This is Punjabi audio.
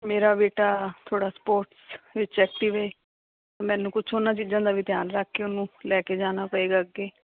ਮੇਰਾ ਬੇਟਾ ਥੋੜ੍ਹਾ ਸਪੋਟਸ ਵਿੱਚ ਐਕਟਿਵ ਹੈ ਮੈਨੂੰ ਕੁਛ ਉਨ੍ਹਾਂ ਚੀਜ਼ਾਂ ਦਾ ਵੀ ਧਿਆਨ ਰੱਖ ਕੇ ਉਹਨੂੰ ਲੈ ਕੇ ਜਾਣਾ ਪਏਗਾ ਅੱਗੇ